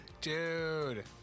Dude